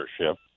ownership